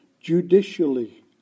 judicially